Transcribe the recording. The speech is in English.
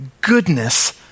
goodness